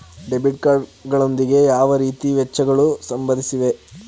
Debit card ಗಳೊಂದಿಗೆ ಯಾವ ರೀತಿಯ ವೆಚ್ಚಗಳು ಸಂಬಂಧಿಸಿವೆ?